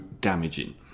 damaging